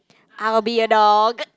I will be a dog